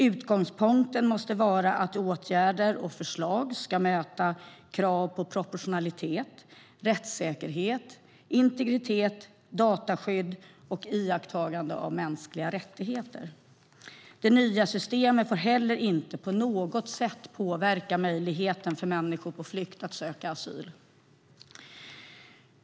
Utgångspunkten måste vara att åtgärder och förslag ska möta krav på proportionalitet, rättssäkerhet, integritet, dataskydd och iakttagande av mänskliga rättigheter. Det nya systemet får heller inte på något sätt påverka möjligheten för människor på flykt att söka asyl.